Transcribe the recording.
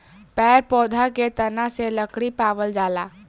पेड़ पौधा के तना से लकड़ी पावल जाला